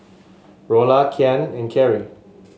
Rolla Kian and Kerrie